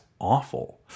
awful